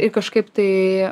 ir kažkaip tai